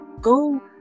go